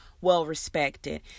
well-respected